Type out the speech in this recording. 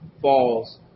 falls